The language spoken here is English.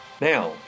Now